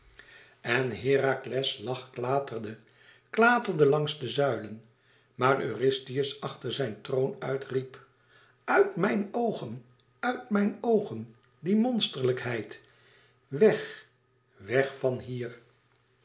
en herakles lach klaterde klaterde langs de zuilen maar eurystheus achter zijn troon uit riep uit mijn oogen uit mijn oogen die monsterlijkheid weg wèg van hier